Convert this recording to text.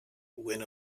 when